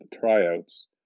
tryouts